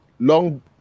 Long